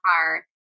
car